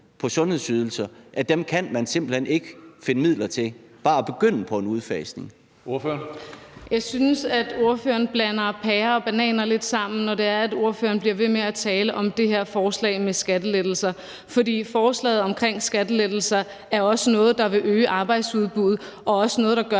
på sundhedsydelser kan man simpelt hen ikke finde midler til? Kl. 16:16 Tredje næstformand (Karsten Hønge): Ordføreren. Kl. 16:16 Monika Rubin (M): Jeg synes, at spørgeren blander pærer og bananer lidt sammen, når spørgeren bliver ved med at tale om det her forslag med skattelettelser. For forslaget omkring skattelettelser er også noget, der vil øge arbejdsudbuddet, og også noget, der gør,